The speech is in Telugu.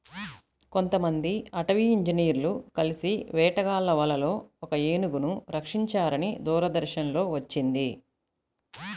కొంతమంది అటవీ ఇంజినీర్లు కలిసి వేటగాళ్ళ వలలో ఒక ఏనుగును రక్షించారని దూరదర్శన్ లో వచ్చింది